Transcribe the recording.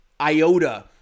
iota